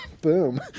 Boom